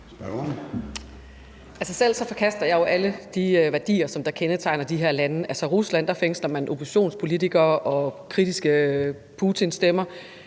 selv forkaster jeg jo alle de værdier, som kendetegner de her lande. I Rusland fængsler man oppositionspolitikere og kritiske Putinstemmer.